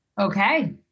Okay